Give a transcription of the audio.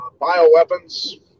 bioweapons